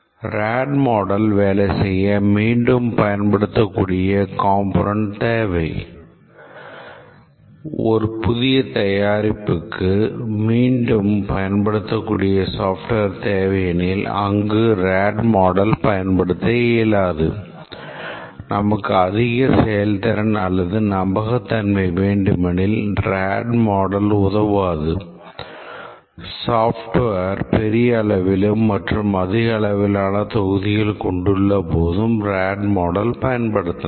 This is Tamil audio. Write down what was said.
ரேடு மாடல் வேலை செய்ய மீண்டும் பயன்படுத்தக்கூடிய காம்போனன்ட் கொண்டுள்ள போதும் ரேடு மாடல் பயன்படுத்தலாம்